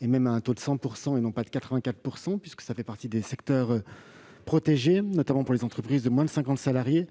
voire à un taux de 100 % et non de 84 %, puisqu'ils font partie des secteurs protégés, notamment pour les entreprises de moins de cinquante salariés.